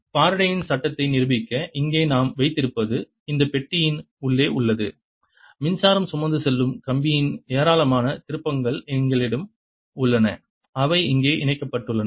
ஃபாரடேயின் Faradays சட்டத்தை நிரூபிக்க இங்கே நாம் வைத்திருப்பது இந்த பெட்டியின் உள்ளே உள்ளது மின்சாரம் சுமந்து செல்லும் கம்பியின் ஏராளமான திருப்பங்கள் எங்களிடம் உள்ளன அவை இங்கே இணைக்கப்பட்டுள்ளன